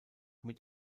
mit